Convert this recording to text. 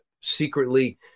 secretly